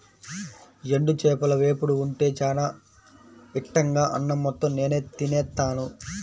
ఎండు చేపల వేపుడు ఉంటే చానా ఇట్టంగా అన్నం మొత్తం నేనే తినేత్తాను